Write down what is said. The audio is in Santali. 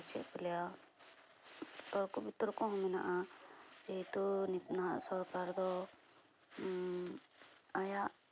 ᱟᱨ ᱪᱮᱫ ᱠᱚ ᱞᱟᱹᱭᱟ ᱛᱚᱨᱠᱚ ᱵᱤᱛᱚᱨᱠᱚᱦᱚᱸ ᱢᱮᱱᱟᱜᱼᱟ ᱡᱮᱦᱮᱛᱩ ᱱᱟᱦᱟᱜ ᱥᱚᱨᱠᱟᱨ ᱫᱚ ᱟᱭᱟᱜ